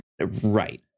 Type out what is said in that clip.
right